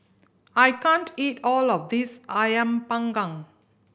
I can't eat all of this Ayam Panggang